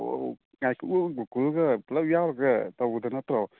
ꯑꯣ ꯀꯥꯏꯀꯨꯒ ꯒꯣꯀꯨꯜꯒ ꯄꯨꯜꯂꯞ ꯌꯥꯎꯔꯒ ꯇꯧꯕꯗꯣ ꯅꯠꯇ꯭ꯔꯣ